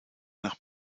nach